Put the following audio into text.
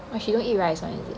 she don't eat rice [one] is it